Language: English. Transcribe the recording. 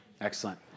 Excellent